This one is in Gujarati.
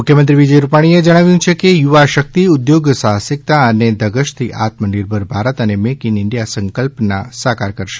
મુખ્યમંત્રી વિજય રૂપાણીએ જણાવ્યું છે કે યુવાશક્તિ ઉદ્યોગ સાહસિકતા અને ધગશથી આત્મનિર્ભર ભારત અને મેઇક ઇન ઇન્ડિયા સંકલ્પના સાકાર કરશે